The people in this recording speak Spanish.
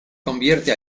convierte